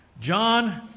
John